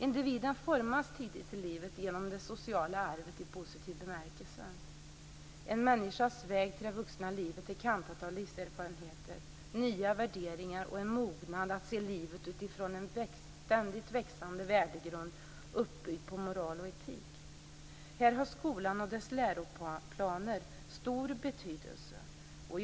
Individen formas tidigt i livet genom det sociala arvet i positiv bemärkelse. En människas väg till det vuxna livet är kantat av livserfarenheter, nya värderingar och en mognad att se livet utifrån en ständigt växande värdegrund uppbyggd på moral och etik. Här har skolan och dess läroplaner stor betydelse.